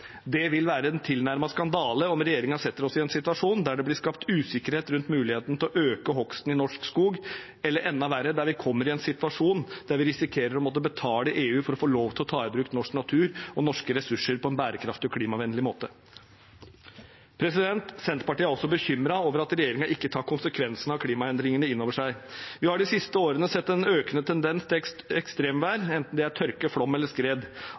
Det vil være en tilnærmet skandale om regjeringen setter oss i en situasjon der det blir skapt usikkerhet rundt muligheten til å øke hogsten av norsk skog, eller – enda verre – at vi kommer i en situasjon der vi risikerer å måtte betale EU for å få lov til å ta i bruk norsk natur og norske ressurser på en bærekraftig og klimavennlig måte. Senterpartiet er også bekymret over at regjeringen ikke tar konsekvensen av klimaendringene inn over seg. Vi har de siste årene sett økende tendens til ekstremvær – enten det er tørke, flom eller skred,